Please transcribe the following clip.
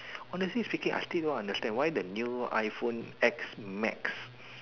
honestly speaking I still don't understand why the new iPhone X max